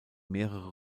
mehrere